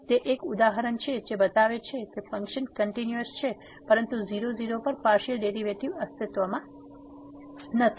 તેથી તે એક ઉદાહરણ છે જે બતાવે છે કે ફંક્શન કંટીન્યુઅસ છે પરંતુ 00 પર પાર્સીઅલ ડેરીવેટીવ અસ્તિત્વમાં નથી